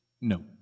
No